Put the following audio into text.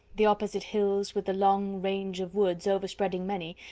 the opposite hills, with the long range of woods overspreading many,